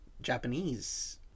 Japanese